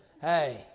Hey